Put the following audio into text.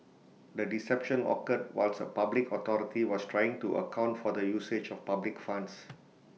the deception occurred whilst A public authority was trying to account for the usage of public funds